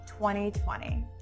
2020